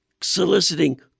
soliciting